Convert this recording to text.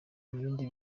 ibindi